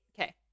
Okay